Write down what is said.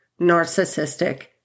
narcissistic